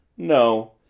no!